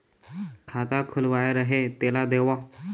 खाता खुलवाय रहे तेला देव?